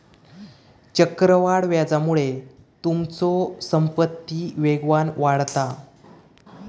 चक्रवाढ व्याजामुळे तुमचो संपत्ती वेगान वाढता